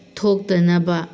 ꯊꯣꯛꯇꯅꯕ